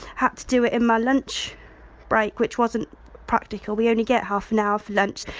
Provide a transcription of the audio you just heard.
had to do it in my lunch break, which wasn't practical, we only get half an hour for lunch.